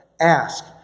ask